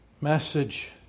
message